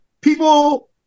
People